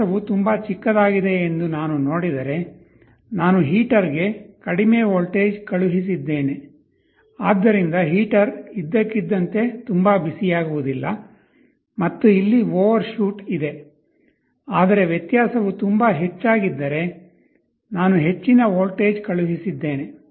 ವ್ಯತ್ಯಾಸವು ತುಂಬಾ ಚಿಕ್ಕದಾಗಿದೆ ಎಂದು ನಾನು ನೋಡಿದರೆ ನಾನು ಹೀಟರ್ಗೆ ಕಡಿಮೆ ವೋಲ್ಟೇಜ್ ಕಳುಹಿಸಿದ್ದೇನೆ ಆದ್ದರಿಂದ ಹೀಟರ್ ಇದ್ದಕ್ಕಿದ್ದಂತೆ ತುಂಬಾ ಬಿಸಿಯಾಗುವುದಿಲ್ಲ ಮತ್ತು ಇಲ್ಲಿ ಓವರ್ಶೂಟ್ ಇದೆ ಆದರೆ ವ್ಯತ್ಯಾಸವು ತುಂಬಾ ಹೆಚ್ಚಾಗಿದ್ದರೆ ನಾನು ಹೆಚ್ಚಿನ ವೋಲ್ಟೇಜ್ ಕಳುಹಿಸಿದ್ದೇನೆ